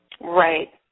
right